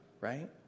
right